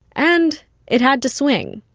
and it had to swing.